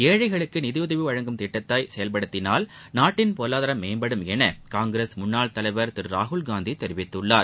ஏழைகளுக்கு நிதி உதவி வழங்கும் திட்டத்தை செயல்படுத்தினால் நாட்டின் பொருளாதாரம் மேம்படும் என காங்கிரஸ் முன்னாள் தலைவர் திரு ராகுல்காந்தி தெரிவித்துள்ளார்